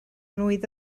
mlwydd